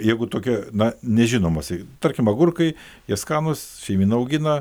jeigu tokia na nežinomos jei tarkim agurkai jie skanūs šeimyna augina